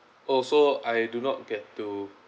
oh so I do not get to